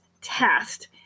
test